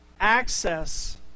access